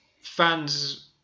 fans